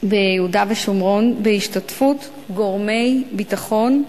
ביהודה ושומרון בהשתתפות גורמי ביטחון,